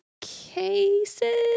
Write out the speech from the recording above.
cases